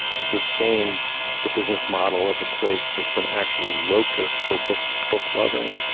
sustain the business model of a place that's an actual locus for book. book loving.